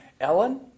Ellen